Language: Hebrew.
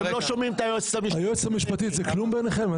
היועצת המשפטית, זה כלום בעיניכם?